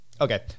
Okay